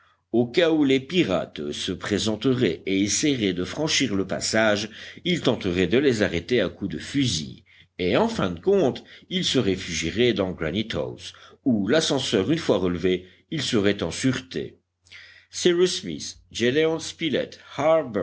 au cas où les pirates se présenteraient et essayeraient de franchir le passage il tenterait de les arrêter à coups de fusil et en fin de compte il se réfugierait dans granite house où l'ascenseur une fois relevé il serait en sûreté